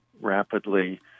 rapidly